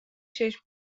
چشم